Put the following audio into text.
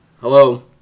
Hello